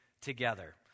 together